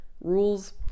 rules